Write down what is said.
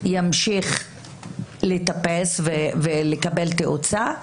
ימשיך לטפס ולקבל תאוצה,